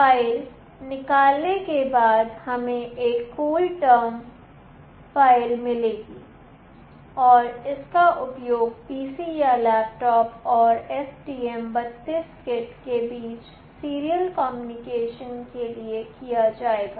file निकालने के बाद हमें यह कूल टर्म CoolTermexe फ़ाइल मिलेगी और इसका उपयोग PC या लैपटॉप और STM32 किट के बीच सीरियल कम्युनिकेशन के लिए किया जाएगा